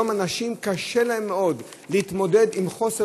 היום לנשים קשה מאוד להתמודד עם חוסר